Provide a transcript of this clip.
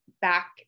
back